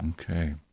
Okay